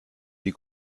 die